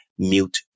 mute